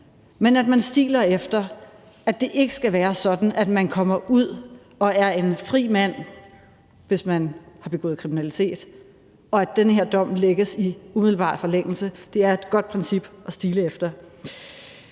lade sig gøre, men at det ikke skal være sådan, at man kommer ud og er en fri mand, hvis man har begået kriminalitet, så at den her dom lægges i umiddelbar forlængelse, er et godt princip at stile efter.